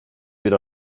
bir